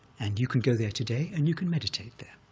and you can go there today, and you can meditate there,